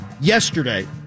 yesterday